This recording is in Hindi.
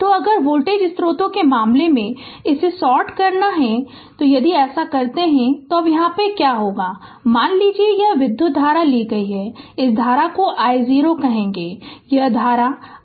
तो अगर वोल्टेज स्रोत के मामले में इसे सॉर्ट करना है यदि ऐसा करते हैं तो अब क्या होगा जैसे कि मान लीजिए कि यह विधुत धारा ली इस धारा को i0 कहेगे यह धारा i0 है